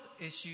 issues